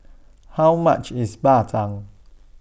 How much IS Bak Chang